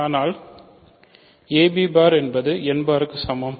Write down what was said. ஆனால் ab bar என்பது n பாருக்கு சமம்